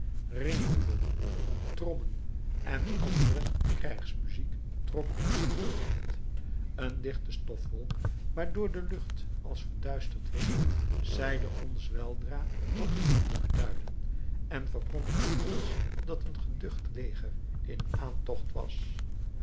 rinkelbommen trommen en andere krijgsmuziek trok onze aandacht een digte stofwolk waardoor de lucht als verduisterd werd zeide ons weldra wat dit had te beduiden en verkondigde ons dat een geducht leger in aantocht was